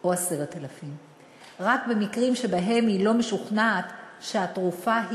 או 10,000. רק במקרים שבהם היא לא משוכנעת שהתרופה,